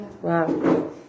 Wow